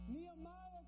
Nehemiah